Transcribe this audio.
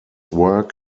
work